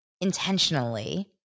intentionally